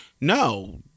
no